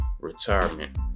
retirement